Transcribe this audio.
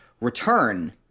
return